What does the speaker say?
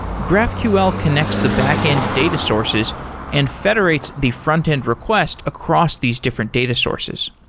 graphql connects the backend data sources and federates the frontend request across these different data sources.